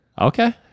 Okay